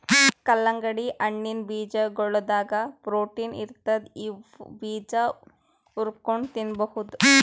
ಕಲ್ಲಂಗಡಿ ಹಣ್ಣಿನ್ ಬೀಜಾಗೋಳದಾಗ ಪ್ರೊಟೀನ್ ಇರ್ತದ್ ಇವ್ ಬೀಜಾ ಹುರ್ಕೊಂಡ್ ತಿನ್ಬಹುದ್